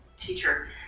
teacher